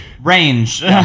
Range